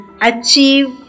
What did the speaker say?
achieve